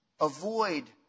avoid